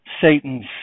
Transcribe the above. Satan's